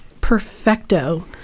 perfecto